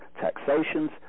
taxations